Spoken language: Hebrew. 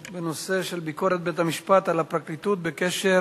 בנושא: ביקורת בית-המשפט על הפרקליטות בקשר